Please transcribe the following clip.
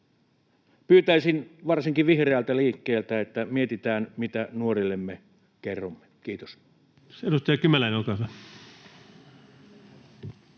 Pyytäisin varsinkin vihreältä liikkeeltä, että mietitään, mitä nuorillemme kerromme. — Kiitos.